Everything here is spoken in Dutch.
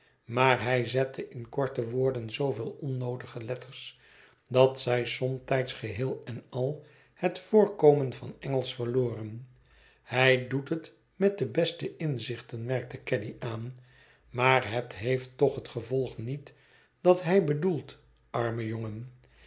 maar hij zette in korte woorden zooveel onnoodige letters dat zij somtijds geheel en al het voorkomen van engelsch verloren hij doet het met de beste inzichten merkte caddy aan maar het heeft toch het gevolg niet dat hij bedoelt arme jongen